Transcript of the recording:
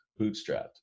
bootstrapped